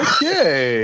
Okay